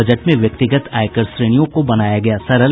budget में व्यक्तिगत आयकर श्रेणियों को बनाया गया सरल